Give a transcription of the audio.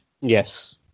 Yes